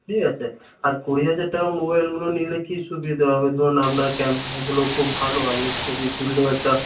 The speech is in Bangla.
ঠিক আছে আর কুড়ি হাজার টাকার মোবাইলগুলো নিলে কি সুবিধা হবে ধরুন আপনার ক্যামেরাগুলো খুব ভালো আপনি ছবি তুললেও একটা